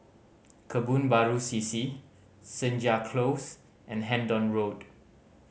Kebun Baru C C Senja Close and Hendon Road